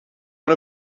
one